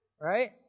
right